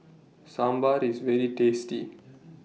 Sambar IS very tasty